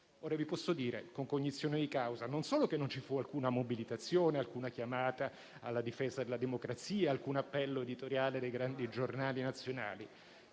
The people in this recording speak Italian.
Ora vi posso dire, con cognizione di causa, non solo che non ci fu alcuna mobilitazione, alcuna chiamata alla difesa della democrazia, alcun appello editoriale dei grandi giornali nazionali,